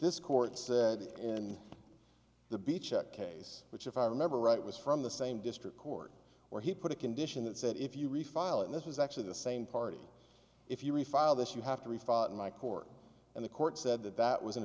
this court said in the beach at case which if i remember right was from the same district court where he put a condition that said if you refile and this is actually the same party if you refile this you have to refile it in my court and the court said that that was an